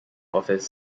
offers